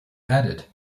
added